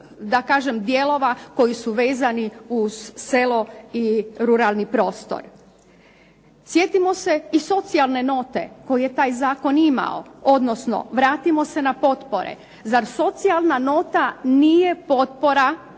da kažem dijelova koji su vezani uz selo i ruralni prostor. Sjetimo se i socijalne note koju je taj zakon imao, odnosno vratimo se na potpore. Zar socijalna nota nije potpora